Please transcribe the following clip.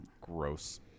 gross